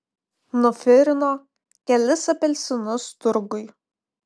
nufirino kelis apelsinus turguj